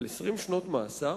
אבל 20 שנות מאסר,